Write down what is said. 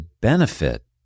benefit